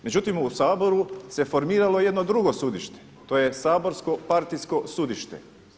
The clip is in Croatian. Međutim u Saboru se formiralo jedno drugo sudište, to je saborsko partijsko sudište.